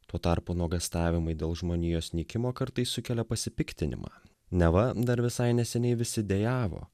tuo tarpu nuogąstavimai dėl žmonijos nykimo kartais sukelia pasipiktinimą neva dar visai neseniai visi dejavo